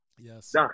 Yes